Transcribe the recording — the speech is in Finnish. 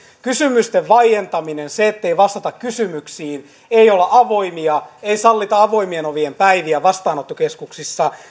kysymysten vaientaminen se ettei vastata kysymyksiin ei olla avoimia ei sallita avoimien ovien päiviä vastaanottokeskuksissa